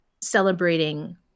celebrating